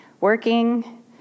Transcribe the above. working